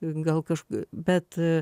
gal kažk bet